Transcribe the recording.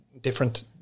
different